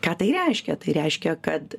ką tai reiškia tai reiškia kad